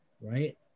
Right